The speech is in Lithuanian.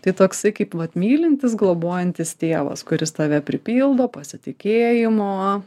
tai toksai kaip vat mylintis globojantis tėvas kuris tave pripildo pasitikėjimo